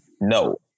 No